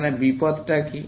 এখানে বিপদ কি